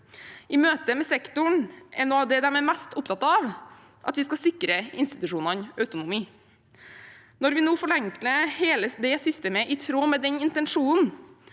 I møte med sektoren er noe av det de er mest opptatt av, at vi skal sikre institusjonene autonomi. Når vi nå forenkler hele systemet i tråd med den intensjonen